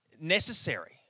necessary